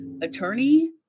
attorney